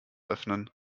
öffnen